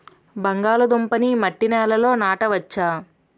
బంగాళదుంప నీ మట్టి నేలల్లో నాట వచ్చా?